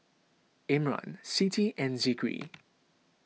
Imran Siti and Zikri